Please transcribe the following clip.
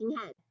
head